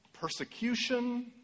Persecution